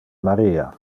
maria